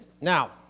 now